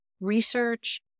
research